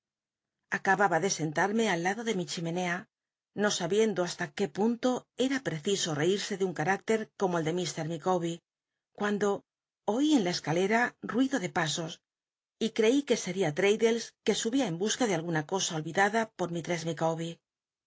acababa de sentarme al iado de mi chimenea no sabiendo hasta qué punto era preciso tcitsc de un carticter como el de lr jicawber cuando oí en la escalera ruido de pasos y ctci que seria tt ad dlcs que subía en busca de alguna cosa olyidada por misttcss